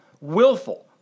willful